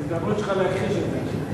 זו ההזדמנות שלך להכחיש את זה עכשיו.